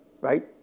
right